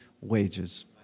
wages